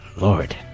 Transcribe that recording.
Lord